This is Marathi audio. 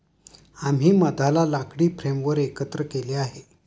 आम्ही मधाला लाकडी फ्रेमवर एकत्र केले आहे